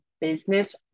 business